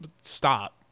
stop